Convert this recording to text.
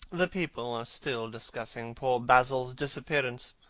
the people are still discussing poor basil's disappearance.